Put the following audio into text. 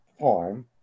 farm